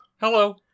Hello